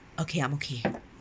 okay I'm okay